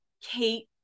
Kate